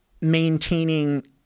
maintaining